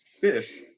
fish